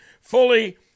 fully